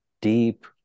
deep